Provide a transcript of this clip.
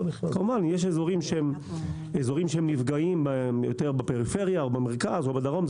כמובן יש אזורים שנפגעים בהם יותר בפריפריה או במרכז או בדרום,